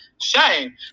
Shame